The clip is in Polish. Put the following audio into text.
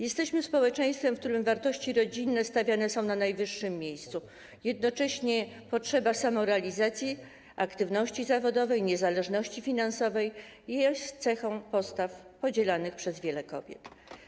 Jesteśmy społeczeństwem, w którym wartości rodzinne są stawiane na najwyższym miejscu, jednocześnie potrzeba samorealizacji, aktywności zawodowej, niezależności finansowej jest cechą postaw podzielanych przez wiele kobiet.